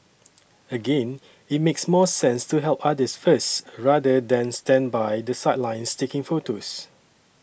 again it makes more sense to help others first rather than stand by the sidelines taking photos